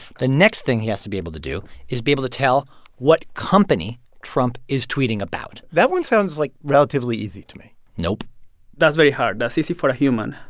the next thing he has to be able to do is be able to tell what company trump is tweeting about that one sounds, like, relatively easy to me nope that's very hard. that's easy for a human.